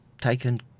taken